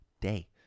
day